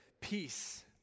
peace